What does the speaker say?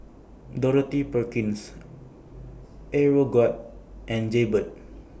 Dorothy Perkins Aeroguard and Jaybird